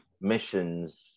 missions